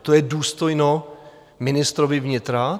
To je důstojno ministrovi vnitra?